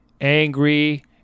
Angry